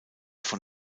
von